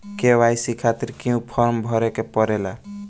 KYC खातिर क्यूं form भरे के पड़ेला?